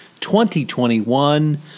2021